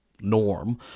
norm